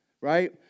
right